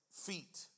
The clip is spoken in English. feet